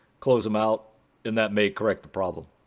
close them out and that may correct the problem.